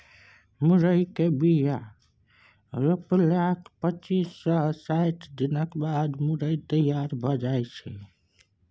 मुरय केर बीया रोपलाक पच्चीस सँ साठि दिनक बाद मुरय तैयार भए जाइ छै